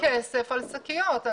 קחו כסף על שקיות.